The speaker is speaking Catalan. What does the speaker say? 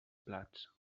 plats